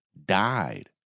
died